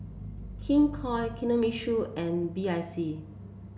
King Koil Kinohimitsu and B I C